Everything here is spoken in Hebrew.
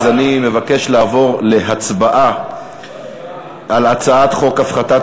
אני מבקש לעבור להצבעה על הצעת חוק הפחתת